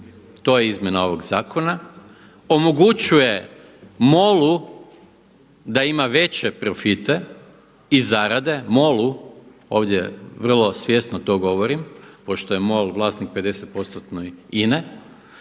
to je izmjena ovog zakona, omogućuje MOL-u da ima veće profite i zarade, MOL-u, ovdje vrlo svjesno to govorim, pošto je MOL vlasnik 50%-tno